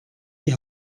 die